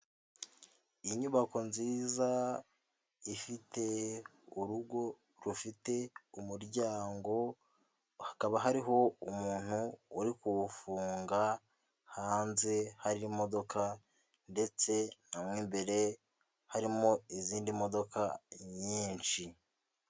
Inyubako nziza ifite urugo rufite umuryango, hakaba hariho umuntu uri kuwufunga, hanze hari imodoka ndetse mo imbere harimo izindi modoka nyinshi.